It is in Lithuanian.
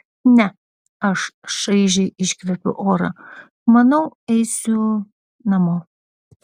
ne aš šaižiai iškvepiu orą manau eisiu namo